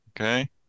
okay